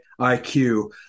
IQ